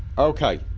okay